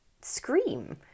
scream